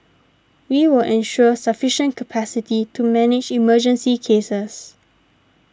we will ensure sufficient capacity to manage emergency cases